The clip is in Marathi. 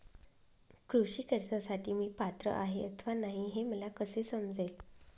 कृषी कर्जासाठी मी पात्र आहे अथवा नाही, हे मला कसे समजेल?